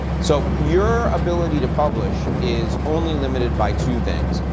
so your ability to publish is only limited by two things.